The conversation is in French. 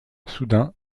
soudain